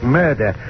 murder